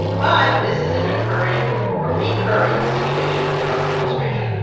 but this is an occurring a recurring situation in the trump administration.